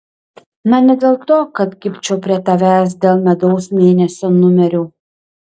na ne dėl to kad kibčiau prie tavęs dėl medaus mėnesio numerių